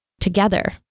together